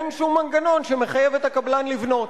אין שום מנגנון שמחייב את הקבלן לבנות.